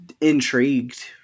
intrigued